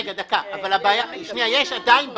רגע, יש עדיין בעיה.